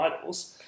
idols